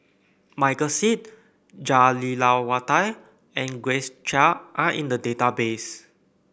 Michael Seet Jah Lelawati and Grace Chia are in the database